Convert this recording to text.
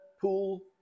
pool